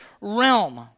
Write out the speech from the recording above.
realm